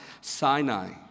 Sinai